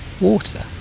water